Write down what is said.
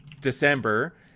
December